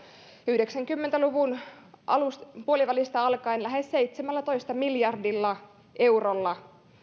yhdeksänkymmentä luvun puolivälistä alkaen lähes seitsemällätoista miljardilla eurolla